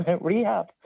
Rehab